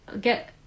get